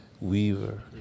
weaver